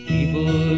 People